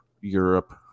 Europe